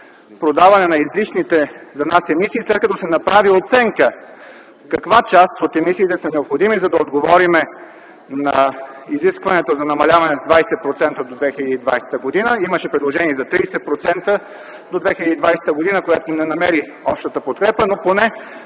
продаване на излишните за нас емисии, след като се направи оценка каква част от емисиите са необходими, за да отговорим на изискването за намаляване с 20% до 2020 г. Имаше предложение и за 30% до 2020 г., което не намери общата подкрепа. Но поне